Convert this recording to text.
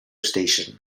station